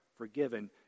forgiven